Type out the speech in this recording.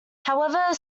however